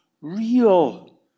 real